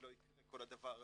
זה לא יקרה כל הדבר הזה,